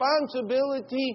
responsibility